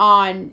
on